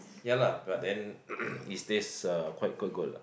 ya lah but then is taste uh quite quite good lah